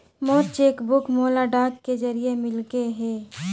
मोर cheque book मोला डाक के जरिए मिलगे हे